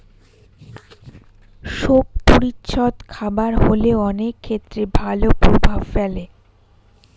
শোক পরিচ্ছদ খারাপ হলেও অনেক ক্ষেত্রে ভালো প্রভাব ফেলে